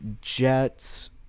jets